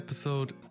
Episode